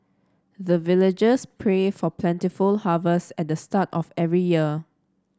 the villagers pray for plentiful harvest at the start of every year